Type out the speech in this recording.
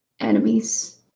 enemies